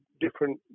different